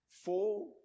four